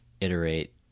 Iterate